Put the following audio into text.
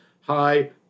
hi